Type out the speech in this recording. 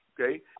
okay